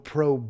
Pro